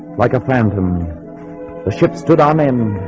like a phantom the ship stood on him